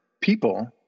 people